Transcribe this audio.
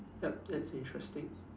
yup that's interesting